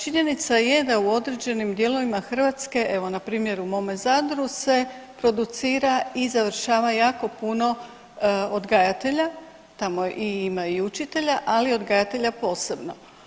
Činjenica je da u određenim dijelima Hrvatske, evo npr. u mome Zadru se producira i završava jako puno odgajatelja, tamo ima i učitelja, ali odgajatelja posebno.